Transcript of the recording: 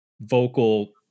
vocal